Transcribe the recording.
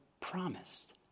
promised